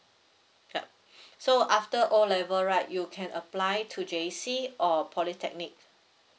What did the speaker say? yup so after o level right you can apply to J_C or polytechnic